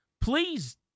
Please